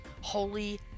Holy